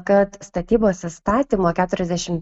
kad statybos įstatymo keturiasdešimt